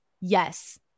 yes